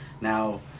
Now